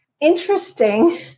interesting